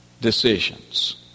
decisions